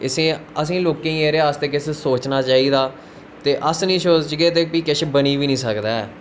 असें लोकें गी एह्दे आस्तै किश सोचना चाही दा ते अस नी सोचगे ते फ्ही किश बनी बी नी सकदा ऐ